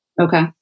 Okay